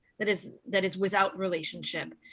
that is that is without relationship,